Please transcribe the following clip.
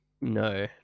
No